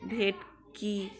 ভেটকী